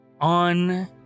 on